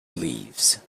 leaves